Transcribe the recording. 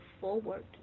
forward